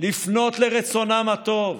לפנות לרצונם הטוב.